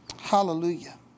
Hallelujah